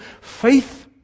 faith